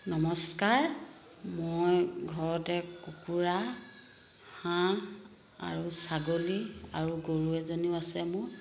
নমস্কাৰ মই ঘৰতে কুকুৰা হাঁহ আৰু ছাগলী আৰু গৰু এজনীও আছে মোৰ